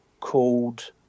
called